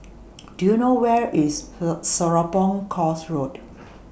Do YOU know Where IS A Serapong Course Road